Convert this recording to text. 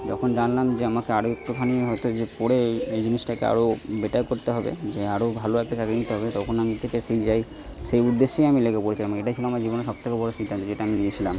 যখন জানলাম যে আমাকে আরো একটুখানি হয়তো যে পড়ে এই জিনিসটাকে আরো বেটার করতে হবে যে আরো ভালো একটা চাকরি নিতে হবে তখন আমি থেকে সেই যাই সেই উদ্দেশ্যেই আমি লেগে পড়েছিলাম এটাই ছিলো আমার জীবনে সবথেকে বড়ো সিদ্ধান্ত যেটা আমি নিয়েছিলাম